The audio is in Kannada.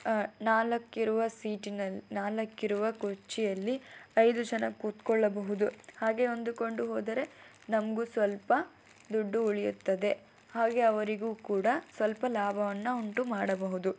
ನಾಲ್ಕು ಇರುವ ಸೀಟಿನಲ್ಲಿ ನಾಲ್ಕು ಇರುವ ಕುರ್ಚಿಯಲ್ಲಿ ಐದು ಜನ ಕೂತ್ಕೊಳ್ಳಬಹುದು ಹಾಗೇ ಹೊಂದಿಕೊಂಡು ಹೋದರೆ ನಮಗೂ ಸ್ವಲ್ಪ ದುಡ್ಡು ಉಳಿಯುತ್ತದೆ ಹಾಗೇ ಅವರಿಗೂ ಕೂಡ ಸ್ವಲ್ಪ ಲಾಭವನ್ನು ಉಂಟು ಮಾಡಬಹುದು